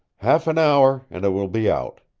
half an hour and it will be out.